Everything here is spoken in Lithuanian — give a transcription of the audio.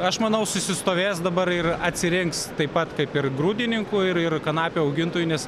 aš manau susistovės dabar ir ir atsirinks taip pat kaip ir grūdininkų ir ir kanapių augintojų nes